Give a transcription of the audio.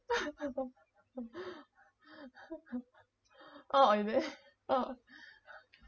oh is it oh